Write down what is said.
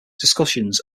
discussions